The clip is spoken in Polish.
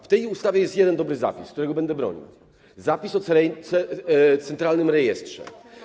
W tej ustawie jest jeden dobry zapis, którego będę bronił, zapis o centralnym rejestrze.